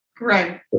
right